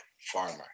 farmer